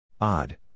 Odd